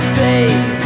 face